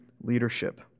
leadership